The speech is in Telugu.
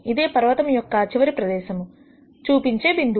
ఇదే పర్వతము యొక్క చివరి ప్రదేశం చూపించే బిందువు